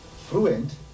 fluent